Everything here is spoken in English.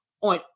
on